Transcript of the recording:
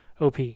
OP